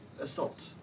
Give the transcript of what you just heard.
assault